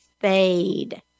fade